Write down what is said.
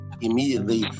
immediately